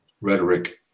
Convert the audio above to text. rhetoric